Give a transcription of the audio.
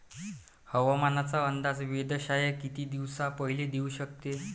हवामानाचा अंदाज वेधशाळा किती दिवसा पयले देऊ शकते?